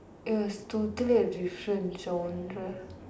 it was totally a different genre